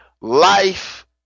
life